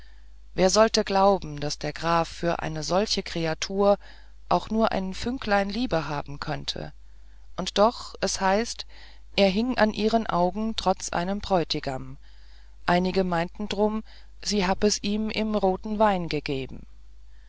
wer sollte glauben daß der graf für eine solche kreatur auch nur ein fünklein liebe haben können und doch es heißt er hing an ihren augen trotz einem bräutigam einige meinten drum sie hab es ihm im roten wein gegeben